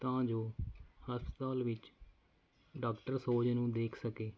ਤਾਂ ਜੋ ਹਸਪਤਾਲ ਵਿੱਚ ਡਾਕਟਰ ਸੋਜ ਨੂੰ ਦੇਖ ਸਕੇ